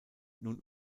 nun